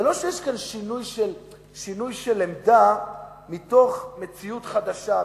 זה לא שיש כאן שינוי של עמדה מתוך מציאות חדשה,